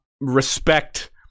respect